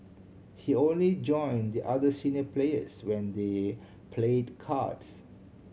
he only join the other senior players when they played cards